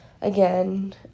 again